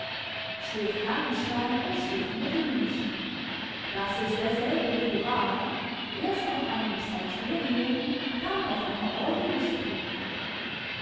stift langenstein und stift mittelmünster das ist derselbe choral erst auf einem psalterium dann auf einer orgel gespielt